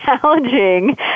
challenging